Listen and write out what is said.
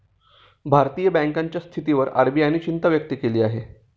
भारतीय बँकांच्या स्थितीवर आर.बी.आय ने चिंता व्यक्त केली आहे